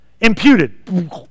Imputed